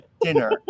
Dinner